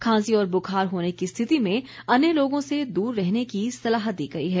खांसी और बुखार होने की स्थिति में अन्य लोगों से दूर रहने की सलाह दी गई है